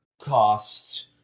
cost